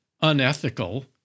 unethical